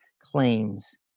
claims